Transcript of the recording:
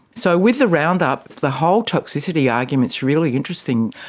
so with the roundup, the whole toxicity argument is really interesting.